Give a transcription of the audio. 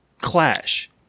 clash